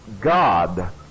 God